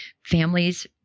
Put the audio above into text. families